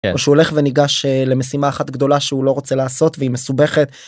או שהוא הולך וניגש למשימה אחת גדולה שהוא לא רוצה לעשות והיא מסובכת.